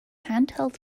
handheld